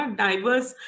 diverse